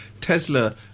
Tesla